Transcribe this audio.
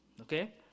okay